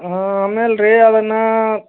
ಹ್ಞೂ ಆಮೇಲೆ ರೀ ಅದನ್ನು